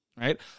right